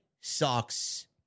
sucks